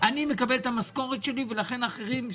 אני מקבל את המשכורת שלי ולכן אחרים,